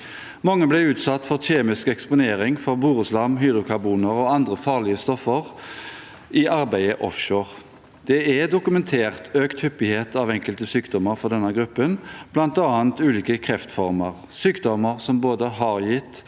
Mange ble utsatt for kjemisk eksponering for boreslam, hydrokarboner og andre farlige stoffer i arbeidet offshore. Det er dokumentert økt hyppighet av enkelte sykdommer for denne gruppen, bl.a. ulike kreftformer, sykdommer som både har gitt